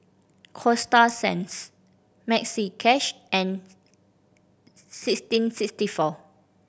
Coasta Sands Maxi Cash and sixteen sixty four